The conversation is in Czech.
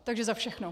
Takže za všechno.